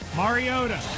mariota